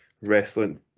wrestling